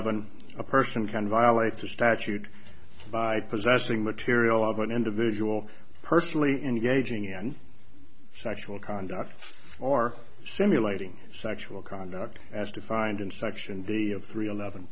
eleven a person can violate the statute by possessing material of an individual personally engaging in sexual conduct or simulating sexual conduct as defined in section the three eleven